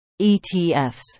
ETFs